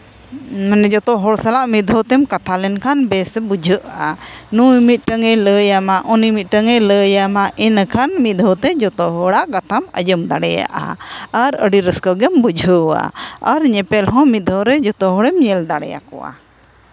ᱢᱟᱱᱮ ᱡᱚᱛᱚ ᱦᱚᱲ ᱥᱟᱞᱟᱜ ᱢᱤᱫ ᱫᱷᱟᱣ ᱛᱮᱢ ᱠᱟᱛᱷᱟ ᱞᱮᱱᱠᱷᱟᱱ ᱵᱮᱥ ᱵᱩᱡᱷᱟᱹᱜᱼᱟ ᱱᱩᱭ ᱢᱤᱫᱴᱟᱝᱼᱮ ᱞᱟᱹᱭ ᱞᱟᱹᱭᱟᱢᱟ ᱩᱱᱤ ᱢᱤᱫᱴᱟᱹᱝ ᱮ ᱞᱟᱹᱭᱟᱢᱟ ᱤᱱᱟᱹᱠᱷᱟᱱ ᱠᱷᱟᱱ ᱢᱤᱫ ᱫᱷᱟᱣ ᱛᱮ ᱡᱚᱛᱚ ᱦᱚᱲᱟᱜ ᱠᱟᱛᱷᱟᱢ ᱟᱸᱡᱚᱢ ᱫᱟᱲᱮᱭᱟᱜᱼᱟ ᱟᱨ ᱟᱹᱰᱤ ᱨᱟᱹᱥᱠᱟᱹ ᱜᱮᱢ ᱵᱩᱡᱷᱟᱹᱣᱟ ᱟᱨ ᱧᱮᱯᱮᱞ ᱦᱚᱸ ᱢᱤᱫ ᱫᱷᱟᱹᱣ ᱨᱮ ᱡᱚᱛᱚ ᱦᱚᱲᱮᱢ ᱧᱮᱞ ᱫᱟᱲᱮᱭᱟᱠᱚᱣᱟ